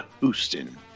Houston